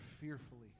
fearfully